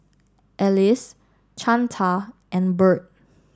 Alyse Chantal and Bird